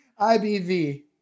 IBV